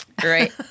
Great